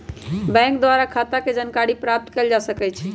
bank द्वारा खता के जानकारी प्राप्त कएल जा सकइ छइ